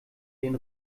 den